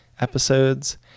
episodes